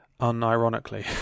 unironically